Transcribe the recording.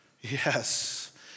Yes